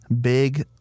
Big